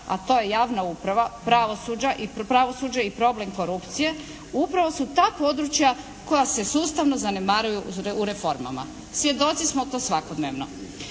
a to je javna uprava, pravosuđe i problem korupcije upravo su ta područja koja se sustavno zanemaruju u reformama. Svjedoci smo to svakodnevno.